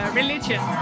religion